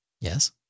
Yes